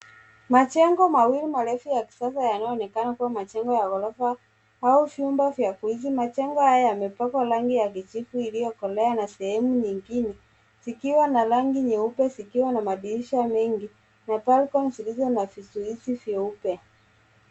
Majengo mawili marefu ya kisasa yanayoonekana kuwa majengo ya ghorofa au vyumba vya kuishi. Majengo haya yamepakwa rangi ya kijivu iliyokolea na sehemu nyingine zikiwa na rangi nyeupe ,zikiwa na madirisha mengi na balcony zilizo na vizuizi vyeupe.